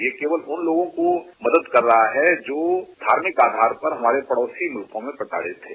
यह केवल उन लोगों को मदद कर रहा है जो धार्मिक आधार पर हमारे पड़ोसी मुलकों में प्रताड़ित थे